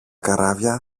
καράβια